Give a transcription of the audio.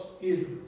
Israel